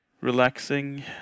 relaxing